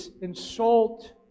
insult